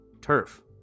turf